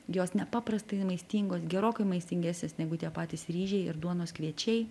jos nepaprastai maistingos gerokai maistingesnės negu tie patys ryžiai ir duonos kviečiai